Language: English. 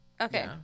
Okay